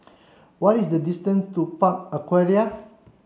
what is the distance to Park Aquaria